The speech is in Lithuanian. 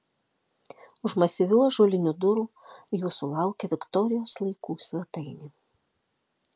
už masyvių ąžuolinių durų jūsų laukia viktorijos laikų svetainė